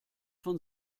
von